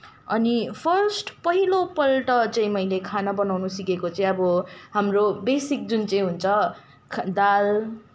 अनि फर्स्ट पहिलोपल्ट चाहिँ मैले खाना बनाउन सिकेको चाहिँ अब हाम्रो बेसिक जुन चाहिँ हुन्छ दाल